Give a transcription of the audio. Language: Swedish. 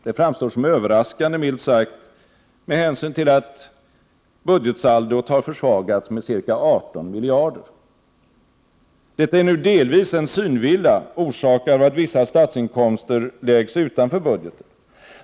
Det framstår som överraskande, minst sagt, med hänsyn till att budgetsaldot har försvagats med ca 18 miljarder. Detta är nu delvis en synvilla orsakad av att vissa statsinkomster läggs utanför budgeten.